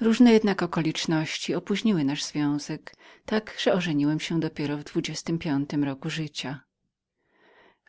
różne jednak okoliczności opóźniły nasz związek tak że ożeniłem się dopiero w dwudziestym piątym roku mego życia